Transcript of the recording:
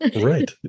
Right